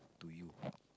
to you